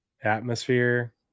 Atmosphere